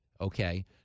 okay